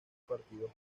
partidos